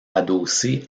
adossé